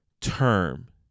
term